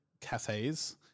cafes